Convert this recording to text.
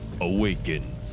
awakens